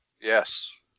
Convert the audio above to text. Yes